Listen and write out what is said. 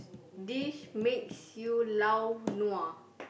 this makes you lao nua